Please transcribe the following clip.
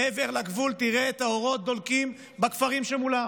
מעבר לגבול תראה את האורות דולקים בכפרים שמולם.